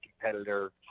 competitor